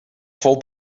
fou